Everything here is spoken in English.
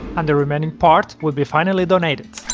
and the remaining part will be finally donated.